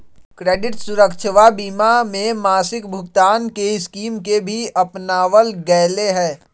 credit सुरक्षवा बीमा में मासिक भुगतान के स्कीम के भी अपनावल गैले है